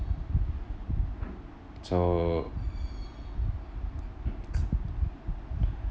so